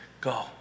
go